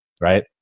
right